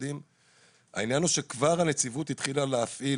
העניין הוא שכבר הנציבות התחילה להפעיל